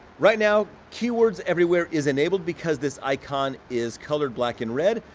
right now, keywords everywhere is enabled because this icon is colored black and red.